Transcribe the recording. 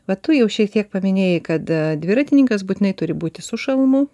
bet tu jau šiek tiek paminėjai kad dviratininkas būtinai turi būti su šalmu